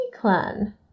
Clan